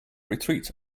retreat